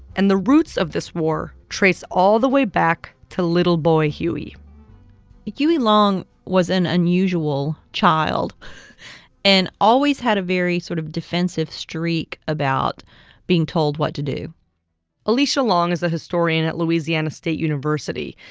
and the roots of this war trace all the way back to little boy huey huey long was an unusual child and always had a very sort of defensive streak about being told what to do alecia long is a historian at louisiana state university,